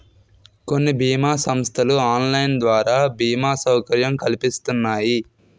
కొన్ని బీమా సంస్థలు ఆన్లైన్ ద్వారా బీమా సౌకర్యం కల్పిస్తున్నాయి